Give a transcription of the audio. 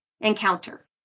encounter